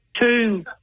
two